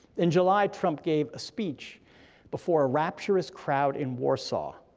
in july trump gave a speech before a rapturous crowd in warsaw,